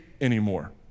anymore